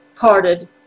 parted